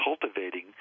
cultivating